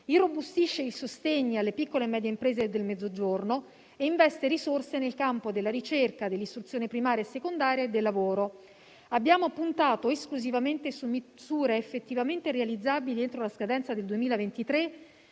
irrobustisce i sostegni alle piccole e medie imprese del Mezzogiorno e investe risorse nel campo della ricerca, dell'istruzione primaria e secondaria e del lavoro. Abbiamo puntato esclusivamente su misure effettivamente realizzabili entro la scadenza del 2023,